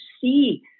see